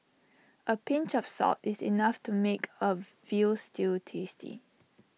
A pinch of salt is enough to make A Veal Stew tasty